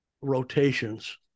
rotations